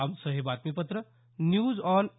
आमचं हे बातमीपत्र न्यूज ऑन ए